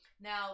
Now